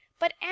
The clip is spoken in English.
but